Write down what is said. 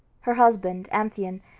her husband, amphion,